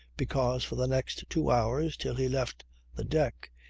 because, for the next two hours till he left the deck,